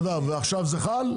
ועכשיו זה חל?